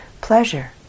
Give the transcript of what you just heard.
Pleasure